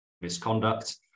misconduct